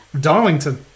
Darlington